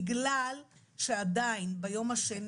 בגלל שעדיין ביום השני,